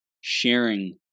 sharing